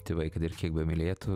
tėvai kad ir kiek bemylėtų